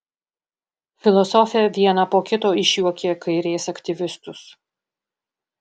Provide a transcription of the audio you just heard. filosofė vieną po kito išjuokė kairės aktyvistus